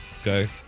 Okay